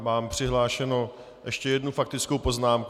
Mám přihlášenou ještě jednu faktickou poznámku.